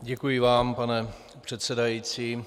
Děkuji vám, pane předsedající.